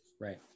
right